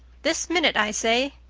this minute, i say.